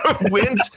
went